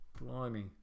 Blimey